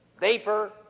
vapor